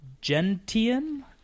gentian